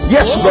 Yes